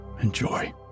Enjoy